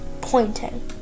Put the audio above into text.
pointing